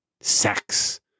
sex